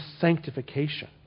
sanctification